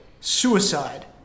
suicide